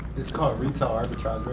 that's called retail arbitrage, right?